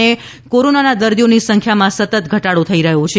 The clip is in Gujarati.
અને કોરોના દર્દીઓની સંખ્યામાં સતત ઘટાડો થઈ રહ્યો છે